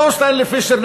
אותו סטנלי פישר,